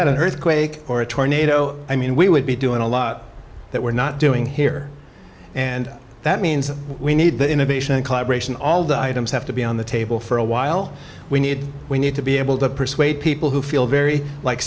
had an earthquake or a tornado i mean we would be doing a lot that we're not doing here and that means we need the innovation and collaboration all the items have to be on the table for a while we need we need to be able to persuade people who feel very like